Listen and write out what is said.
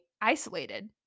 isolated